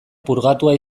purgatua